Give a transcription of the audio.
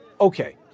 Okay